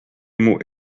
mots